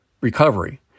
recovery